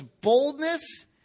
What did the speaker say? boldness